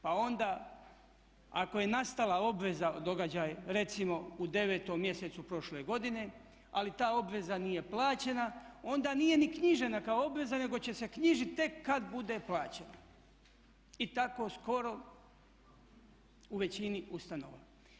Pa onda ako je nastala obveza, događaj recimo u 9 mjesecu prošle godine, ali ta obveza nije plaćena, onda nije ni knjižena kao obveza nego će se knjižit tek kad bude plaćena i tako skoro u većini ustanova.